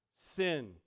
sin